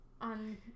on